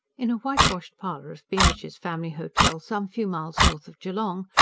in a whitewashed parlour of beamish's family hotel some few miles north of geelong,